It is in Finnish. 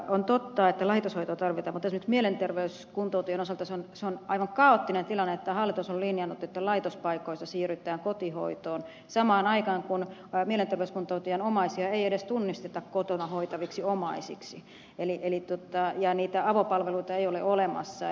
on totta että laitoshoitoa tarvitaan mutta esimerkiksi mielenterveyskuntoutujien osalta se on aivan kaoottinen tilanne että hallitus on linjannut että laitospaikoista siirrytään kotihoitoon samaan aikaan kun mielenterveyskuntoutujien omaisia ei edes tunnisteta kotona hoitaviksi omaisiksi ja niitä avopalveluita ei ole olemassa